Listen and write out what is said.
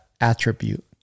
attribute